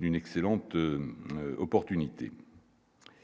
une excellente opportunité.